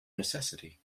necessity